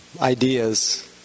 ideas